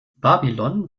babylon